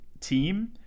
team